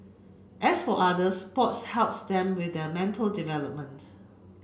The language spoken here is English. as for others sports helps them with their mental development